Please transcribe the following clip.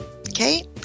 Okay